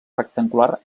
rectangular